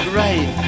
right